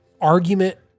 argument